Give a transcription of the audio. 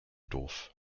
doof